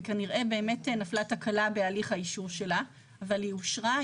וכנראה באמת נפלה תקלה בהליך האישור שלה אבל היא אושרה,